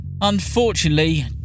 Unfortunately